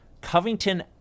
Covington